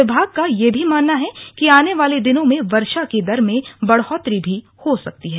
विभाग का यह भी मानना है कि आने वाले दिनों में वर्षा की दर में बढ़ोतरी भी हो सकती है